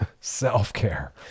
self-care